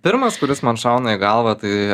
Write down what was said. pirmas kuris man šauna į galvą tai